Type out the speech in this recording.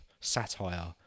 Satire